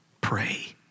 Pray